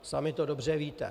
Sami to dobře víte.